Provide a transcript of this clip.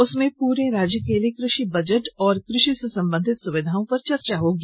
उसमें पूरे राज्य के लिए कृषि बजट और कृषि से संबंधित सुविधाओं पर चर्चा होगी